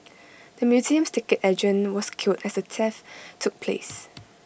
the museum's ticket agent was killed as the theft took place